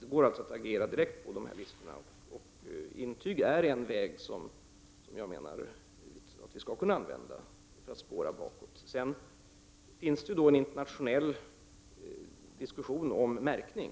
Det går alltså att agera direkt på basis av listorna. Användande av intyg är en väg som jag menar att vi skall kunna välja för att spåra bakåt. Det finns även en internationell diskussion om märkning.